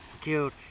Killed